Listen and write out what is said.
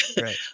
Right